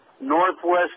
Northwest